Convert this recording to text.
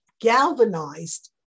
galvanized